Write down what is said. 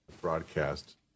broadcast